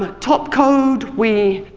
ah top code, we